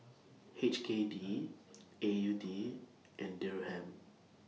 H K D A U D and Dirham